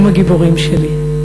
הם הגיבורים שלי.